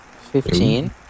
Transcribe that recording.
Fifteen